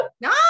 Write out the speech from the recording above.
no